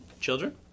Children